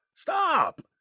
Stop